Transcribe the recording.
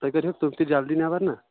تُہۍ کٔرۍ وُکھ تِم تہِ جَلدی نٮ۪بَر نا